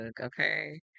okay